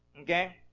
Okay